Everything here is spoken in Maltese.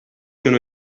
kienu